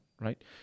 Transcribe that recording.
right